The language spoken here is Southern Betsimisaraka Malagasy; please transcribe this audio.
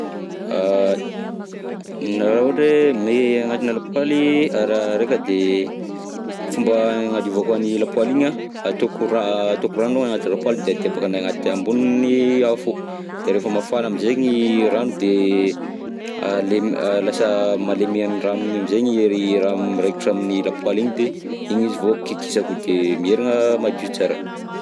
Raha ohatra hoe mey agnatina lapoaly, a raha reka de, fomba agnadiovako an'ny lapoaly igny an, ataoko ra- ataoko rano anaty lapoaly de adebokanahy agnaty amboniny afo, rehefa mafana amizay ny rano de, malemy, lasa malemy amin'ny rano iny am'zegny ny raha miraikitra amin'ny lapoaly iny de iny izy vao kikisako de miherigna madio tsara.